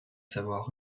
savoir